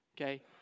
Okay